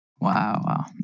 Wow